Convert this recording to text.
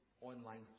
online